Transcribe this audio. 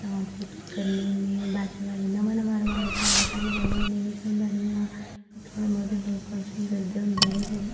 dance की करने होन्ने वैचुलर नमां नमां रवाज़ पाए दा पैह्लें पैह्लें एह् नेहा किश होंदा नेईं ऐ हा थोह्ड़े मते फंगशन करदे होंदे हे ते